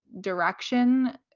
direction